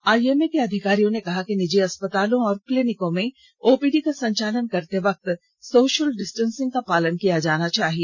IMA के अधिकारियों ने कहा कि निजी अस्पतालों और क्लिनीकों में ओपीडी का संचालन करते वक्त सोषल डिस्टेंसिंग का पालन किया जाना चाहिए